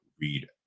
read